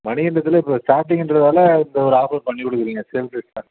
மணிகண்டத்தில் இப்போ ஸ்டார்டிங்கின்றதால் இந்த ஒரு ஆஃபர் பண்ணிக் கொடுக்கறீங்க சேல்ஸுக்கு